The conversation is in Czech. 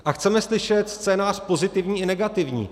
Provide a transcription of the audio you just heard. A chceme slyšet scénář pozitivní i negativní.